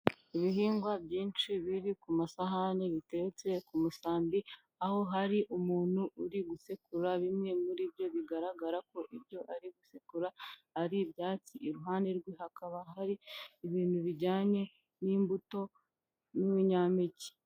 Ibihingwa byinshi biri ku masahani bitetse ku musambi, aho hari umuntu uri gusekura bimwe muri byo bigaragara ko ibyo ari gusekura ari ibyatsi iruhande rwe hakaba hari ibintu bijyanye n'imbuto n'ibinyampeke.